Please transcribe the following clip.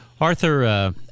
Arthur